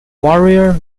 warrior